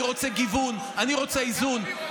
אני רוצה גיוון, אני רוצה איזון.